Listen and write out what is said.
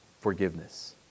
forgiveness